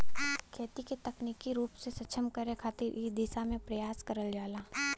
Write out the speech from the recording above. खेती क तकनीकी रूप से सक्षम करे खातिर इ दिशा में प्रयास करल जाला